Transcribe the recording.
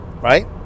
right